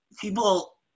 people